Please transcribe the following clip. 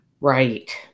right